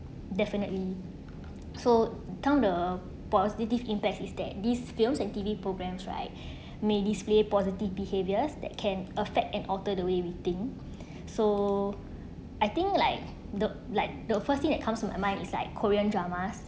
definitely so down the positive impact is that these films and T_V programs right may display positive behaviors that can affect and alter the way we think so I think like the like the first thing that comes to my mind is like korean dramas